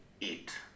eat